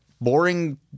boring